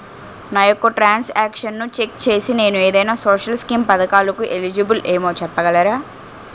నా యెక్క ట్రాన్స్ ఆక్షన్లను చెక్ చేసి నేను ఏదైనా సోషల్ స్కీం పథకాలు కు ఎలిజిబుల్ ఏమో చెప్పగలరా?